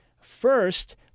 first